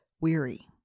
weary